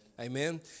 Amen